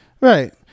Right